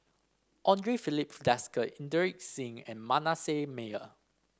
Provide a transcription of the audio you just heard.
Andre Filipe Desker Inderjit Singh and Manasseh Meyer